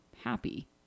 happy